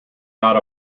not